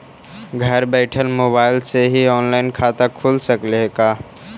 घर बैठल मोबाईल से ही औनलाइन खाता खुल सकले हे का?